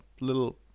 little